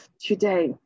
today